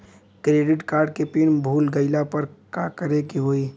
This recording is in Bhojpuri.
क्रेडिट कार्ड के पिन भूल गईला पर का करे के होई?